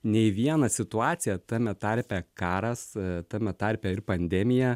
nei viena situacija tame tarpe karas tame tarpe ir pandemija